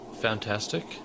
fantastic